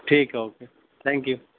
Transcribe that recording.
ٹھیک ہے okay thank you